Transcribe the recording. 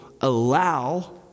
allow